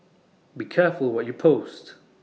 be careful what you post